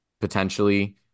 potentially